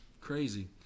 crazy